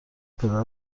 پدر